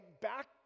back